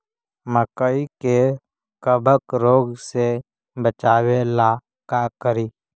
मकई के कबक रोग से बचाबे ला का करि?